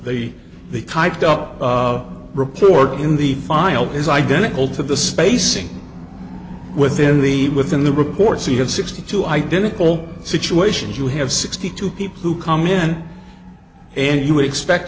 they the typed up report in the file is identical to the spacing within the within the report so you have sixty two identical situations you have sixty two people who come in and you would expect